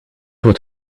would